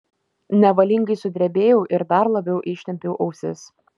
nevalingai sudrebėjau ir dar labiau ištempiau ausis